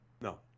No